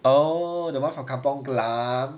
oh the one from kampung glam